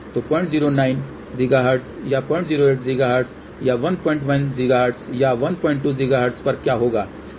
तो 09 GHz या 08 GHz या 11 GHz या 12 GHz पर क्या होगा